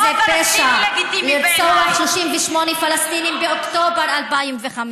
וזה פשע לרצוח 38 פלסטינים באוקטובר 2015,